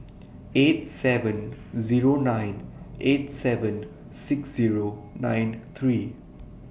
eight seven Zero nine eight seven six Zero nine three